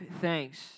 thanks